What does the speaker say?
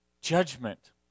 Judgment